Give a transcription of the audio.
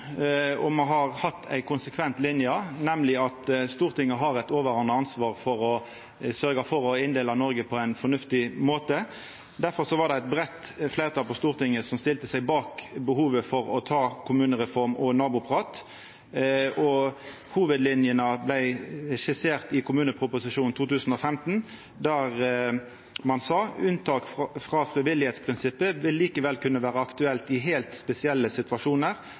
og me har hatt ei konsekvent line, nemleg at Stortinget har eit overordna ansvar for å sørgja for å inndela Noreg på ein fornuftig måte. Difor var det eit breitt fleirtal på Stortinget som stilte seg bak behovet for kommunereform og naboprat. Hovudlinene vart skisserte i innstillinga til kommuneproposisjonen 2015, der ein sa: «Unntak fra dette frivillighetsprinsippet vil likevel kunne være aktuelt i helt spesielle